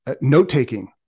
note-taking